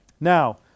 Now